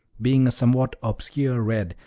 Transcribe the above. being a somewhat obscure red,